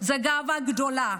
זו גאווה גדולה.